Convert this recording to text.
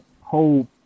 whole